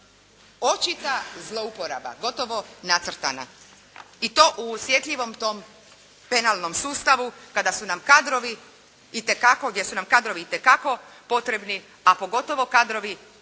Očita zlouporaba, gotovo nacrtana i to u osjetljivom tom penalnom sustavu kada su nam kadrovi itekako, gdje su nam kadrovi